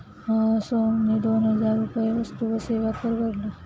सोहनने दोन हजार रुपये वस्तू व सेवा कर भरला